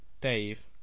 Dave